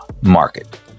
market